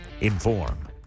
inform